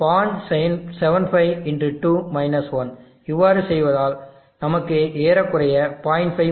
75 x 2 1 இவ்வாறு செய்வதால் நமக்கு ஏறக்குறைய 0